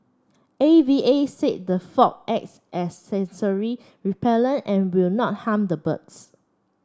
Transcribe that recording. A V A said the fog acts as sensory repellent and will not harm the birds